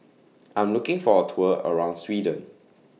I'm looking For A Tour around Sweden